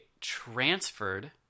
transferred